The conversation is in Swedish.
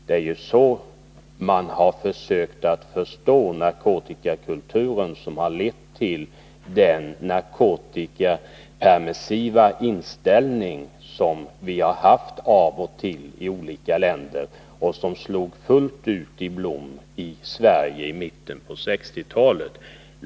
Det är ju så man har försökt att förstå narkotikakulturen, och det harlett till den narkotikapermissiva inställning som har funnits av och till i olika länder och som slog ut i full blom i Sverige i mitten av 1960-talet.